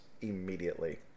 immediately